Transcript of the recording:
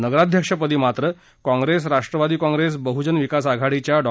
नगराध्यक्षपदी मात्र काँग्रेस राष्ट्रवादी बहुजन विकास आघाडीच्या डॉ